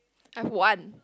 Ah-Huan